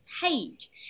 page